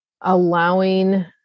allowing